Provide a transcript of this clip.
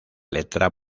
letra